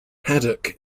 haddock